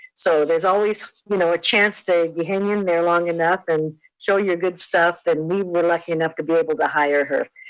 so there's always you know a chance, if you hang in there long enough, and show your good stuff, that we were lucky enough to be able to hire her.